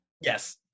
Yes